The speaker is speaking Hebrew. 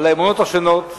על האמונות השונות,